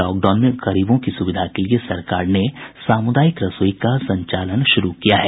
lockdown में गरीबों की सुविधा के लिए सरकार ने सामुदायिक रसोई का संचालन शुरू किया है